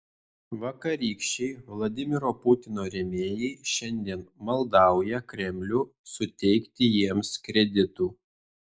vakarykščiai vladimiro putino rėmėjai šiandien maldauja kremlių suteikti jiems kreditų